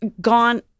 gone